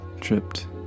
tripped